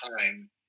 time